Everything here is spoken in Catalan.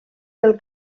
del